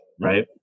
right